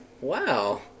Wow